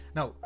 Now